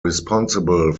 responsible